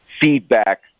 feedback